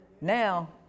Now